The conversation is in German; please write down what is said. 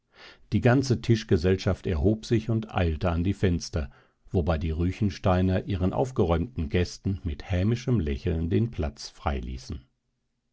die ganze tischgesellschaft erhob sich und eilte an die fenster wobei die ruechensteiner ihren aufgeräumten gästen mit hämischem lächeln den platz freiließen